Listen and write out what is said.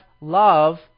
love